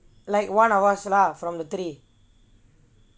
like one of us lah from the three